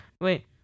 wait